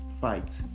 fight